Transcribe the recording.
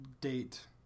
date